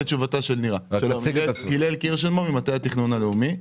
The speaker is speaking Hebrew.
אני ממטה התכנון הלאומי.